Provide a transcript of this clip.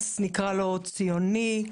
נקרא לו, אינטרס ציוני,